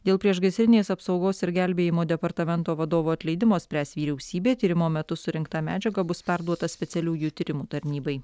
dėl priešgaisrinės apsaugos ir gelbėjimo departamento vadovo atleidimo spręs vyriausybė tyrimo metu surinkta medžiaga bus perduota specialiųjų tyrimų tarnybai